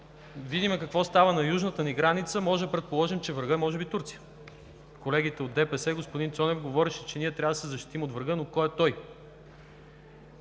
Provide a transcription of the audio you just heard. видим какво става на южната ни граница, можем да предположим, че врагът е може би Турция. Колегите от ДПС, господин Цонев говореше, че ние трябва да се защитим от врага, но кой е той?